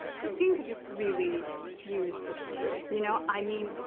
christine could just really use the screw, you know. i mean,